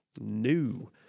new